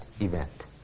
event